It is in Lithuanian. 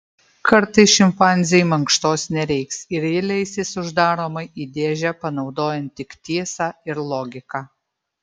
kartais šimpanzei mankštos nereiks ir ji leisis uždaroma į dėžę panaudojant tik tiesą ir logiką